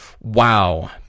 Wow